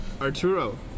Arturo